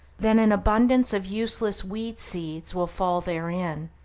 then an abundance of useless weed-seeds will fall therein,